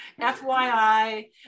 FYI